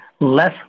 less